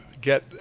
get